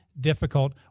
difficult